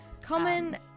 Common